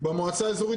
במועצה האזורית,